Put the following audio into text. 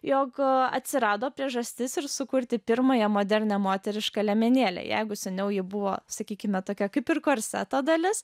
jog atsirado priežastis ir sukurti pirmąją modernią moterišką liemenėlę jeigu seniau ji buvo sakykime tokia kaip ir korseto dalis